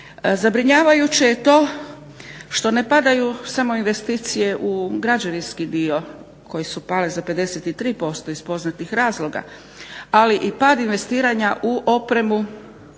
Zabrinjavajuće je to što ne padaju samo investicije u građevinski dio koje su pale za 53% iz poznatih razloga. Ali i pad investiranja u opremu